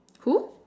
who